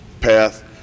path